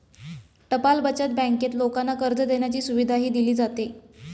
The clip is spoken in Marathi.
टपाल बचत बँकेत लोकांना कर्ज देण्याची सुविधाही दिली जाते